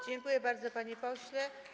Dziękuję bardzo, panie pośle.